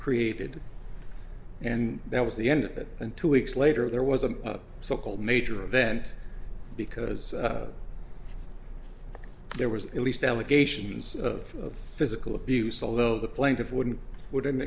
created and that was the end of it and two weeks later there was a so called major event because there was at least allegations of physical abuse although the plaintiff wouldn't wouldn't